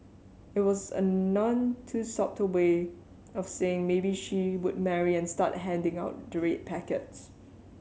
it was a none too subtle way of saying maybe she would marry and start handing out the red packets